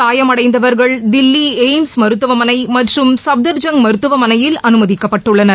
காயமடைந்தவர்கள் தில்லி எய்ம்ஸ் மருத்துவமனை மற்றும் சப்தர்ஜங் மருத்துவமனையில் அனுமதிக்கப்பட்டுள்ளனர்